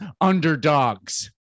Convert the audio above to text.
Underdogs